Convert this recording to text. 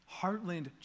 Heartland